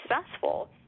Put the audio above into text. successful